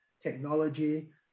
technology